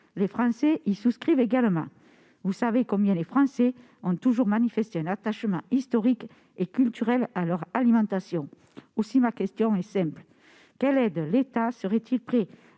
les Français y souscrivent également. Vous savez combien les Français ont toujours manifesté un attachement historique et culturel à leur alimentation. Aussi, ma question est simple : quelle aide l'État serait-il prêt à